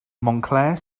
montclair